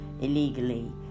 illegally